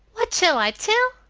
what shall i tell?